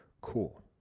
Cool